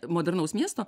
modernaus miesto